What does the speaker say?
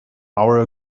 hour